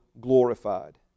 glorified